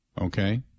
okay